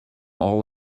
all